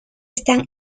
están